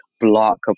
block